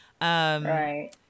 Right